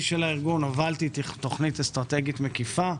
של הארגון הובלתי תוכנית אסטרטגית מקיפה,